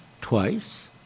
twice